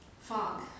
fog